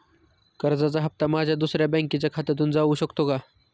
कर्जाचा हप्ता माझ्या दुसऱ्या बँकेच्या खात्यामधून जाऊ शकतो का?